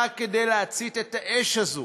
רק כדי להצית את האש הזאת.